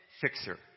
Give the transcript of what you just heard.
fixer